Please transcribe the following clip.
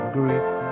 grief